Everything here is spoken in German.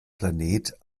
planet